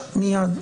--- מייד.